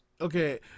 okay